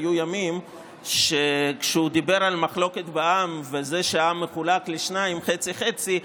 היו ימים שבהם כשהוא דיבר על מחלוקת בעם וזה שהעם מחולק לשניים חצי-חצי,